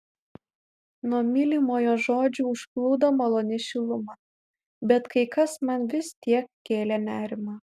nuo mylimojo žodžių užplūdo maloni šiluma bet kai kas man vis tiek kėlė nerimą